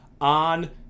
on